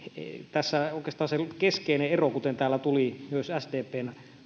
tässä oikeastaan se keskeinen ero kuten täällä tuli myös sdpn